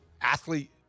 athlete